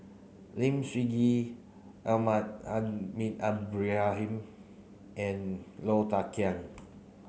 Lim Sun Gee Ibrahim and Low Thia Khiang